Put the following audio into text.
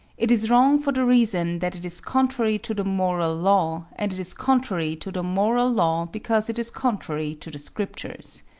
it is wrong for the reason that it is contrary to the moral law, and it is contrary to the moral law because it is contrary to the scriptures.